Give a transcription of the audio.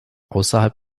außerhalb